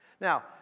Now